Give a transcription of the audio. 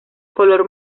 color